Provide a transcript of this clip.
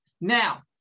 Now